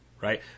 right